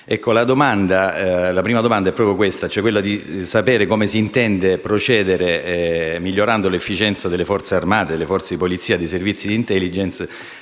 La prima domanda è proprio questa: come si intende procedere migliorando l'efficienza delle forze armate, delle forze di polizia e dei Servizi di *intelligence*